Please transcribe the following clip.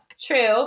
True